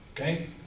Okay